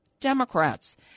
Democrats